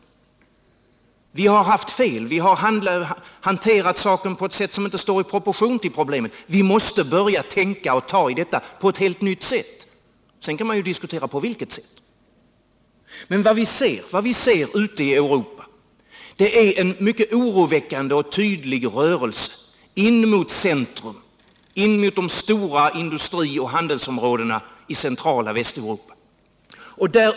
Vi har haft fel. Vi har hanterat frågan på ett sätt som inte står i proportion till problemen. Vi måste börja tänka och handla på ett helt nytt sätt — sedan kan man diskutera på vilket sätt. Ute i Europa ser vi nu en mycket oroväckande och tydlig rörelse in emot centrum, in mot de stora industrioch handelsområdena i centrala Västeuropa.